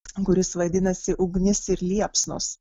kuris vadinasi ugnis ir liepsnos